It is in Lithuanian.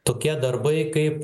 tokie darbai kaip